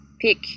pick